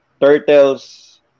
turtles